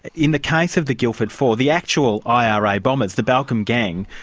in the case of the guildford four, the actual ira bombers, the balcombe gang,